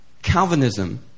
Calvinism